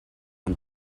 and